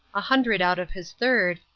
a hundred out of his third,